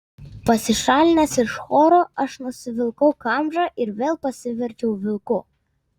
pasišalinęs iš choro aš nusivilkau kamžą ir vėl pasiverčiau vilku